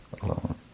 alone